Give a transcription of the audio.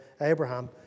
Abraham